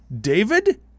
David